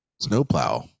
snowplow